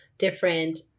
different